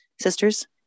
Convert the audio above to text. sisters